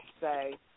say